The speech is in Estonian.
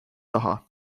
taha